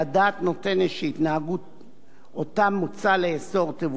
שמוצע לאסור תבוצע במקרים רבים בנסיבות